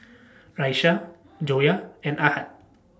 Raisya Joyah and Ahad